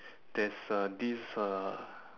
there's uh this uh